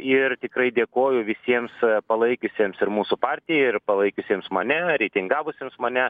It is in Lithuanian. ir tikrai dėkoju visiems palaikiusiems ir mūsų partiją ir palaikiusiems mane reitingavusiems mane